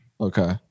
okay